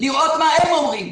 לראות מה הם אומרים,